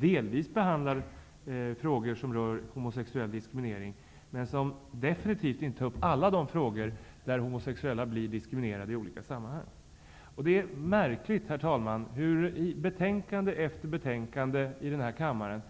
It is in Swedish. Den behandlar delvis frågor som rör homosexuell diskriminering, men den tar definitivt inte upp alla de olika sammanhang där homosexuella blir diskriminerade. Det är märkligt, herr talman, hur i betänkande efter betänkande i denna kammare